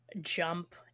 jump